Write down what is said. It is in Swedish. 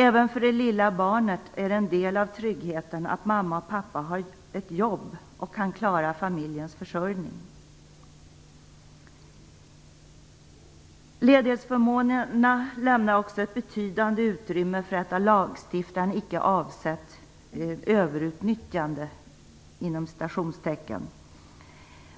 Även för det lilla barnet är det en del av tryggheten att mamma och pappa har jobb och kan klara familjens försörjning. Ledighetsförmånerna lämnar också ett betydande utrymme för ett av lagstiftaren icke avsett "överutnyttjande"